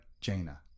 Jaina